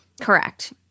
Correct